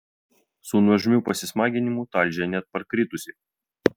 su nuožmiu pasismaginimu talžė net parkritusį